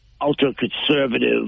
ultra-conservative